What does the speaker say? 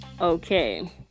Okay